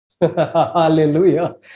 Hallelujah